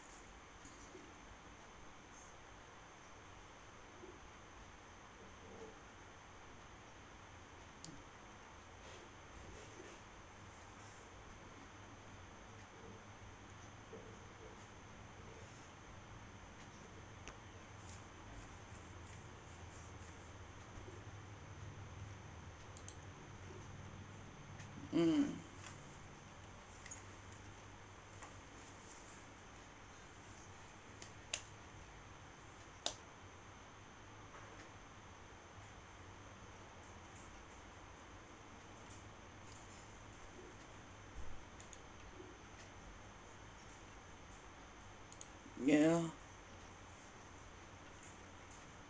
mm